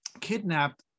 kidnapped